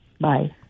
Bye